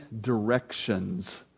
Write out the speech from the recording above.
directions